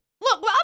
Look